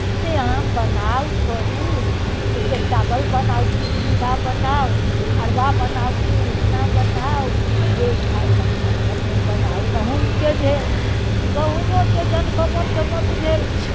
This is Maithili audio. से अहाँ बनाउ करू ओहिके चावल बनाउ कि चूड़ा बनाउ अरबा बनाउ कि उसना बनाउ जे इच्छा अछि से अपना घरमे बनाउ गहूँमके भेल गहूँमोके जखन कमाठु तमाठु भेल